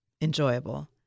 enjoyable